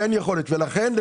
לכן,